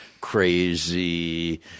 crazy